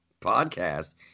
podcast